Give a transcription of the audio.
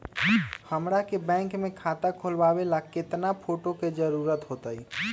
हमरा के बैंक में खाता खोलबाबे ला केतना फोटो के जरूरत होतई?